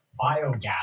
biogas